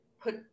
put